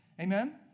Amen